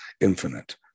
infinite